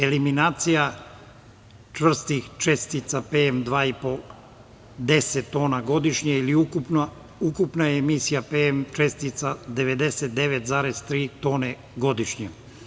Eliminacija čvrstih čestica PM dva i po 10 tona godišnje ili ukupna emisija PM čestica 99,3 tone godišnje.